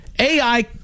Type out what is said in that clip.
AI